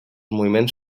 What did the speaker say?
moviments